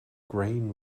grain